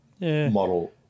model